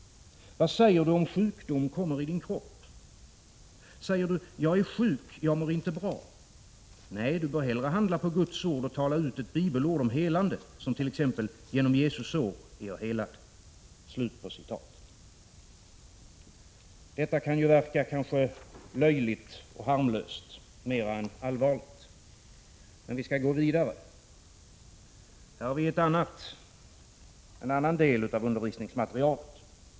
Vad säger du om sjukdom kommer i din kropp? Säger du: Jag är sjuk, jag mår inte bra! Nej, du bör hellre handla på Guds Ord och tala ut ett bibelord om helande som tex. ”Genom Jesu sår är jag helad".” Detta kan kanske verka löjligt och harmlöst mera än allvarligt. Men vi skall gå vidare. Här har jag nu en annan del av undervisningsmaterialet.